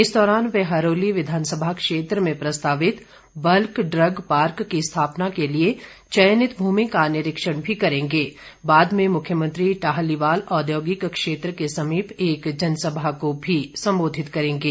इस दौरान वे हरोली विधानसभा क्षेत्र में प्रस्तावित बल्क ड्रग पार्क की स्थापना के लिए चयनित भूमि का निरीक्षण भी करेंगें बाद में मुख्यमंत्री टाहलीवाल औद्योगिक क्षेत्र के समीप एक जनसभा को भी संबोधित करेंगे